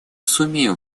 сумеем